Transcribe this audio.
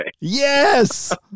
yes